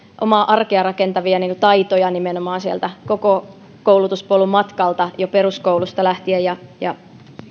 omaa arkea rakentavia taitoja sieltä koko koulutuspolun matkalta jo peruskoulusta lähtien ja ja